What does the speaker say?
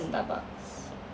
Starbucks